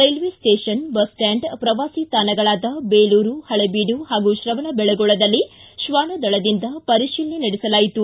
railway station bus stand ಪ್ರವಾಸಿ ತಾಣಗಳಾದ ಬೆಲೂರು ಪಳೆಬೀಡು ಹಾಗೂ ತ್ರವಣಬೆಳಗೊಳದಲ್ಲಿ ಶ್ವಾನ ದಳದಿಂದ ಪರೀಶಿಲನೆ ನಡೆಸಲಾಯಿತು